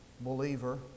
believer